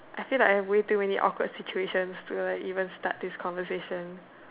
I feel like I have way too many awkward situations to like even start this conversation